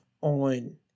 on